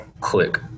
click